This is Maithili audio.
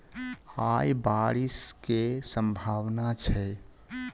आय बारिश केँ सम्भावना छै?